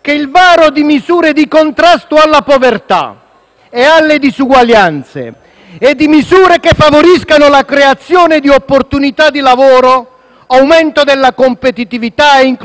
che il varo di misure di contrasto alla povertà e alle disuguaglianze e di misure che favoriscano la creazione di opportunità di lavoro, l'aumento della competitività e l'inclusione sociale